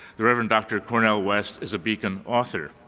the reverend dr. cornell west is a beacon author.